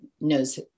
knows